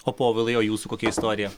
o povilai o jūsų kokia istorija